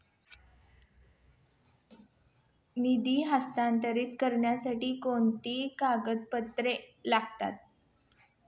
निधी हस्तांतरित करण्यासाठी कोणती कागदपत्रे लागतात?